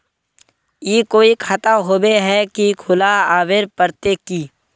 ई कोई खाता होबे है की खुला आबेल पड़ते की?